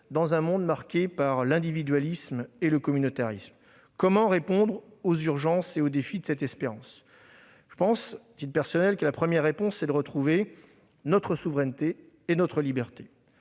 Dans un monde marqué par l'individualisme et le communautarisme, comment répondre aux urgences et aux défis de cette espérance ? Je pense, à titre personnel, que la première réponse est de retrouver notre souveraineté et notre liberté.